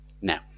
Now